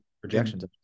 projections